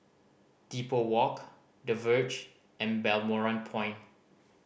Depot Walk The Verge and Balmoral Point